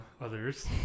others